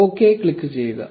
'okay' click ചെയ്യുക